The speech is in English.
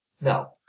No